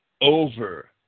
over